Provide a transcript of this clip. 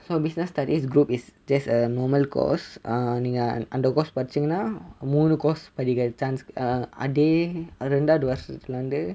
so business studies group is just a normal course uh நீங்க அந்த:neenga antha course படிச்சீங்கன்னா மூனு:paditcheenganna moonnu course படிக்க:padikka chance uh அதே இரண்டாவது வர்ஷத்துலே வந்து:athe rendaavathu varshatthule vanthu